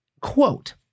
Quote